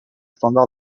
standard